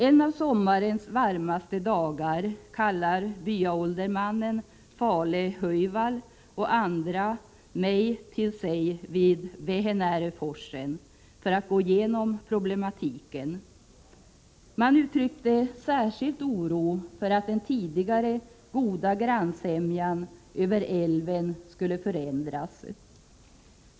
En av sommarens varmaste dagar kallar byaåldermannen Fale Höjvall och andra mig till sig vid Vähänärä-forsen för att gå igenom problematiken. Man uttryckte särskilt oro för att den tidigare goda grannsämjan över älven skulle förändras.